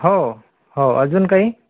हो हो अजून काही